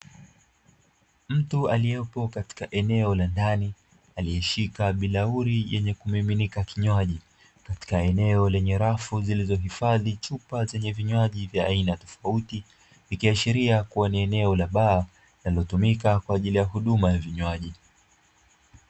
Mtu aliyepo katika eneo la ndani akiwa ameshika bilauri kwaajili ya vinywaji lilopo katika eneo la baa